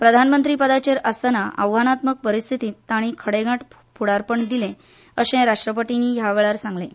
प्रधानमंत्री पदाचेर आसतना आव्हानात्मक परिस्थितींत तांणी खडेगांठ फुडारपण दिलें अशें राष्ट्रपतींनी ह्या वेळार सांगलें